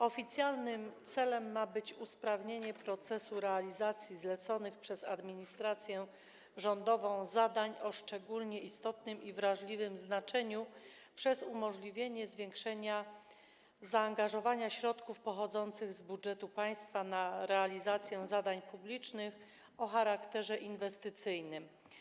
Oficjalnym celem ma być usprawnienie procesu realizacji zleconych przez administrację rządową zadań o szczególnie istotnym i wrażliwym znaczeniu przez umożliwienie zwiększenia zaangażowania środków pochodzących z budżetu państwa na realizację zadań publicznych o charakterze inwestycyjnym.